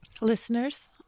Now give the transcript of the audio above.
Listeners